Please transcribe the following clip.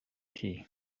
tea